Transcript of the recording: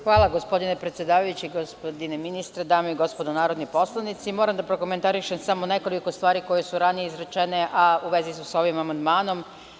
Hvala gospodine predsedavajući, gospodine ministre, dame i gospodo narodni poslanici, moram da prokomentarišem samo nekoliko stvari koje su ranije izrečene, a u vezi su sa ovim amandmanom.